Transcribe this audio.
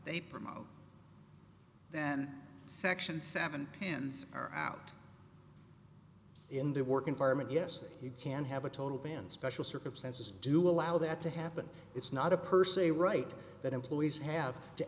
they promote then section seven pins are out in their work environment yes you can have a total ban special circumstances do allow that to happen it's not a per se right that employees have to